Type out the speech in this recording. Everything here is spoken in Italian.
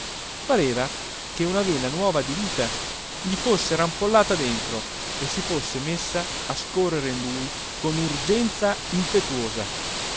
pareva che una vena nuova di vita gli fosse rampollata dentro e si fosse messa a scorrere in lui con urgenza impetuosa